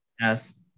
Yes